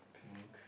pink